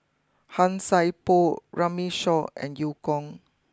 Han Sai Por Runme Shaw and Eu Kong